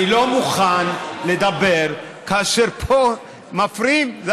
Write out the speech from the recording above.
אני לא מוכן לדבר כאשר מפריעים פה.